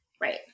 Right